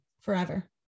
Forever